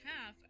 half